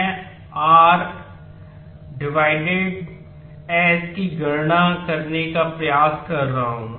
मैं r ÷ s की गणना करने का प्रयास कर रहा हूं